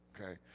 Okay